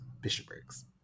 bishoprics